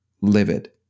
livid